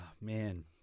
man